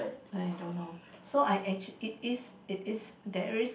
I don't know so I actua~ it is it is there is